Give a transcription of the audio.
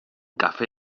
kafe